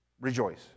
rejoice